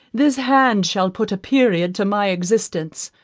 this hand shall put a period to my existence.